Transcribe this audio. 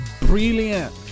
brilliant